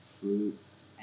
Fruits